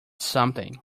something